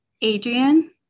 Adrian